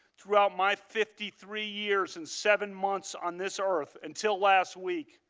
throughout my fifty three years and seven months on this earth until last week,